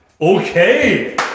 Okay